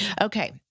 Okay